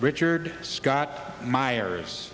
richard scott meyers